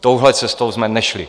Touhle cestou jsme nešli.